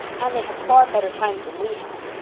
and they have far better times than we have.